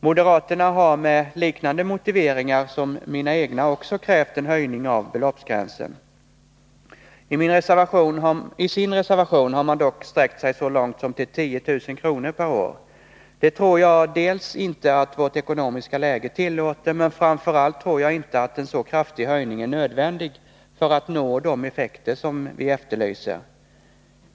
Moderaterna har med liknande motiveringar som mina egna också krävt en höjning av beloppsgränsen. I sin reservation har moderaterna dock sträckt sig så långt som till 10 000 kr. per år. Jag tror inte att vårt ekonomiska läge tillåter det, men framför allt tror jag inte att en så kraftig höjning är nödvändig för att nå de effekter som vi efterlyser.